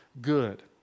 good